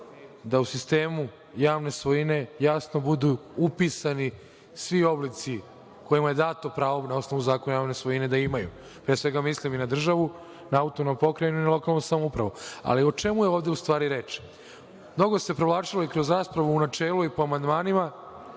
da u sistemu javne svojine jasno budu upisani svi oblici kojima je dato pravo na osnovu Zakona o javnoj svojini da imaju, pre svega mislim na državu, na autonomnu pokrajinu i na lokalnu samoupravu. Ali, o čemu je ovde, u stvari reč? Mnogo se provlačilo i kroz raspravu u načelu i po amandmanima